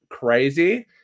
crazy